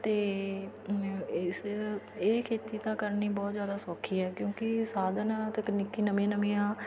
ਅਤੇ ਇਸ ਇਹ ਖੇਤੀ ਤਾਂ ਕਰਨੀ ਬਹੁਤ ਜ਼ਿਆਦਾ ਸੌਖੀ ਹੈ ਕਿਉਂਕਿ ਸਾਧਨ ਤਕਨੀਕੀ ਨਵੀਂਆਂ ਨਵੀਆਂ